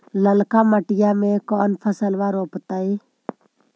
ललका मटीया मे कोन फलबा रोपयतय?